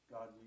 God